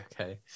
okay